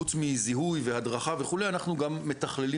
חוץ מזיהוי והדרה וכולי אנחנו גם מתכללים